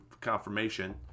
confirmation